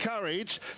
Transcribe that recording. courage